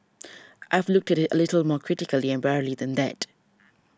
I've looked at it a little more critically and warily than that